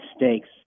mistakes